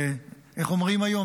איך אומרים היום?